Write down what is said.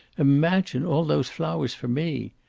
imagine all those flowers for me.